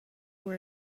were